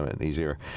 easier